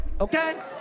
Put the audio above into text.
okay